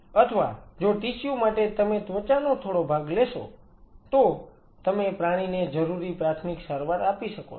અથવા જો ટિશ્યુ માટે તમે ત્વચાનો થોડો ભાગ લેશો તો તમે પ્રાણીને જરૂરી પ્રાથમિક સારવાર આપી શકો છો